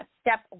step